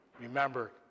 Remember